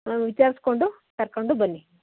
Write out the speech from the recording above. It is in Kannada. ವಿಚಾರಿಸ್ಕೊಂಡು ಕರ್ಕೊಂಡು ಬನ್ನಿ